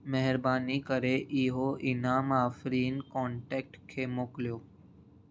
महिरबानी करे इहो इनामु आफ़रीन कोन्टेक्ट खे मोकिलियो